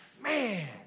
man